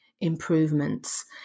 improvements